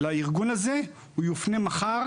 לארגון הזה, הוא יופנה מחר